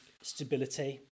stability